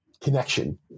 connection